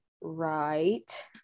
Right